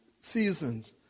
seasons